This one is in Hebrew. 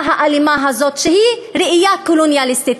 האלימה הזאת שהיא ראייה קולוניאליסטית.